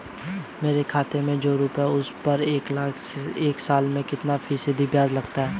मेरे खाते में जो रुपये हैं उस पर एक साल में कितना फ़ीसदी ब्याज लगता है?